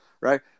right